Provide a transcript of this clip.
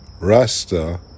Rasta